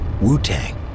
Wu-Tang